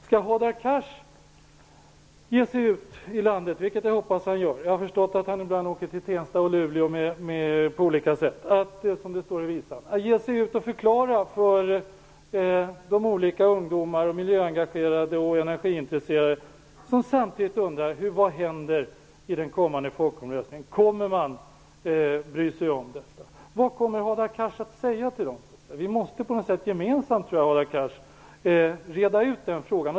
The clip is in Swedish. Skall Hadar Cars ge sig ut i landet -- det hoppas jag att han gör, eftersom jag har förstått att han som det står i visan åker till Tensta och Luleå på olika sätt -- och förklara för de ungdomar, miljöengagerade och energiintresserade som undrar om man kommer att bry sig om resultatet av den kommande folkomröstningen? Vad kommer Hadar Cars att säga till dem? Jag tror att vi på något sätt gemensamt måste reda ut den frågan.